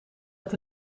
het